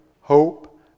hope